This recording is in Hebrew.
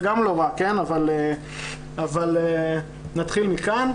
זה גם לא רע אבל נתחיל מכאן.